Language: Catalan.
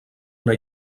una